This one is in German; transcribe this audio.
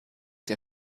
der